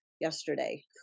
yesterday